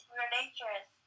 religious